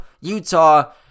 Utah